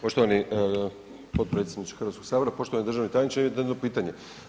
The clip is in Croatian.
Poštovani potpredsjedniče Hrvatskog sabora, poštovani državni tajniče imam jedno pitanje.